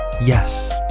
yes